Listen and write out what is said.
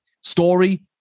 Story